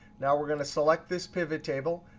now, we're going to select this pivot table.